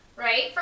Right